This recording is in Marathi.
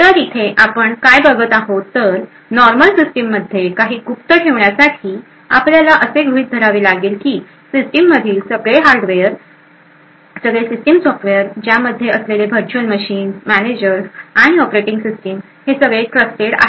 तर इथे आपण काय बघत आहोत तर नॉर्मल सिस्टीम मध्ये काही गुप्त ठेवण्यासाठी आपल्याला असे गृहीत धरावे लागेल की सिस्टीम मधील सगळे हार्डवेयर सगळे सिस्टीम सॉफ्टवेयर ज्यामध्ये असलेले व्हर्च्युअल मशीन्स मॅनेजर्स आणि ऑपरेटिंग सिस्टीम हे सगळे ट्रस्टेड आहे